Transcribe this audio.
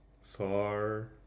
far